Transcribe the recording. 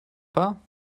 pas